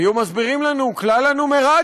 היו מסבירים לנו: כלל הנומרטור,